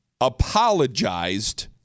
apologized